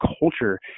culture